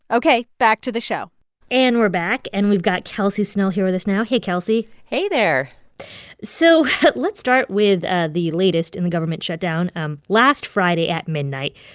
ok, back to the show and we're back, and we've got kelsey snell here with us now. hey, kelsey hey there so let's start with ah the latest in the government shutdown. um last friday at midnight,